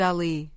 Ali